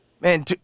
man